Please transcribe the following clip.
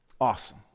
Awesome